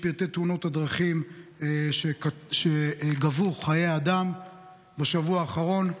את פרטי תאונות הדרכים שגבו חיי אדם בשבוע האחרון.